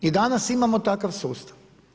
I danas imamo takav sustav.